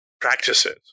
practices